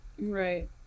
right